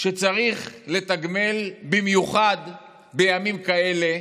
שצריך לתגמל במיוחד בימים כאלה,